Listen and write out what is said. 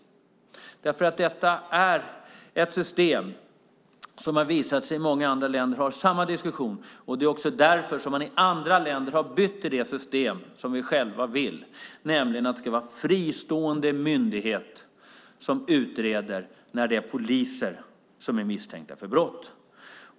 Detta är nämligen ett system som det har visat sig att många andra länder har samma diskussion om, och det är därför man i andra länder har bytt till det system som vi själva vill göra. Det ska vara en fristående myndighet som utreder när det är poliser som är misstänkta för brott.